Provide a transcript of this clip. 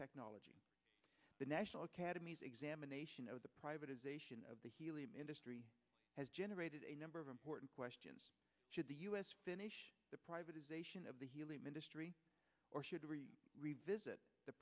technology the national academies examination of the privatization of the helium industry has generated a number of important questions should the us finish the privatization of the helium industry or should we revisit the